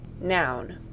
noun